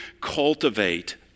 cultivate